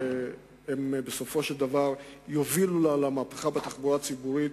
שהן בסופו של דבר יובילו למהפכה בתחבורה הציבורית,